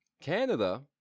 Canada